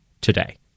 today